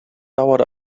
dauert